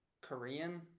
Korean